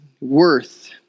worth